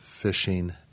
Fishing